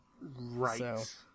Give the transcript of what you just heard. right